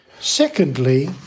Secondly